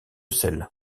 sel